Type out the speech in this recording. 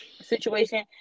situation